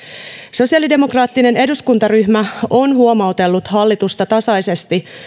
sosiaalidemokraattinen eduskuntaryhmä on huomautellut hallitusta tasaisesti